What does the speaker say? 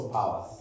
power